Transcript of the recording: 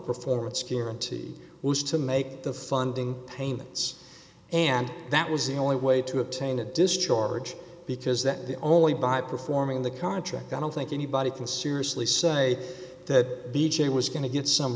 performance guarantee was to make the funding payments and that was the only way to obtain a discharge because that the only by performing the contract i don't think anybody can seriously say that b j was going to get some